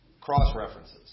cross-references